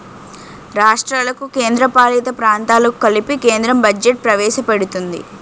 రాష్ట్రాలకు కేంద్రపాలిత ప్రాంతాలకు కలిపి కేంద్రం బడ్జెట్ ప్రవేశపెడుతుంది